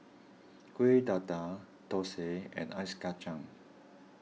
Kuih Dadar Thosai and Ice Kacang